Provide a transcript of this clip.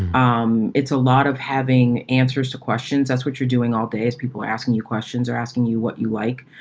um it's a lot of having answers to questions as what you're doing all day is people asking you questions or asking you what you like,